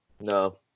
No